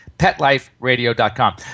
petliferadio.com